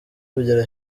kugera